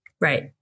Right